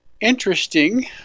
interesting